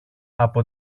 από